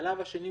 השלב השני,